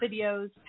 videos